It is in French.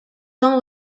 tant